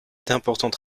d’importants